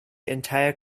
entire